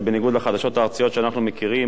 שבניגוד לחדשות הארציות שאנחנו מכירים,